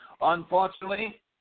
Unfortunately